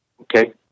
okay